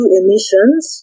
emissions